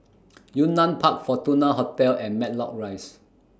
Yunnan Park Fortuna Hotel and Matlock Rise